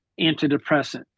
antidepressant